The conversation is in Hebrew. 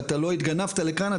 ואתה לא התגנבת לכאן,